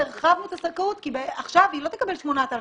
הרחבנו את הזכאות כי עכשיו היא לא תקבל רק 8,000,